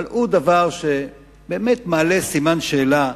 אבל זה דבר שמעלה סימן שאלה.